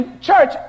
church